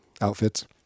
outfits